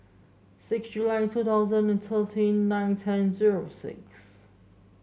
six July two thousand and thirteen nine ten zero six